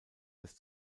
des